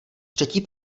třetí